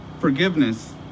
forgiveness